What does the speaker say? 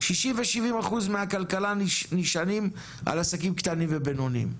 60 ו-70 אחוזים מהכלכלה נשענים על עסקים קטנים ובינוניים.